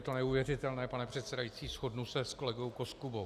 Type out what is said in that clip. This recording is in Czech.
Je to neuvěřitelné, pane předsedající, shodnu se s kolegou Koskubou.